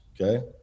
Okay